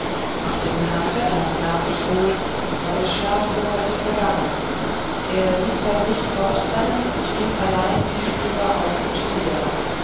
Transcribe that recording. auch dem herrn vetter merkt ich wohl war der schlaf für heute vergangen er ließ sein licht fortbrennen und ging allein die stube auf und nieder